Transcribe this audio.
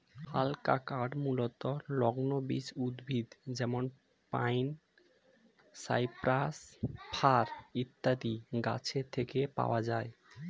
হালকা কাঠ মূলতঃ নগ্নবীজ উদ্ভিদ যেমন পাইন, সাইপ্রাস, ফার ইত্যাদি গাছের থেকে পাওয়া যায়